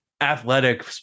athletic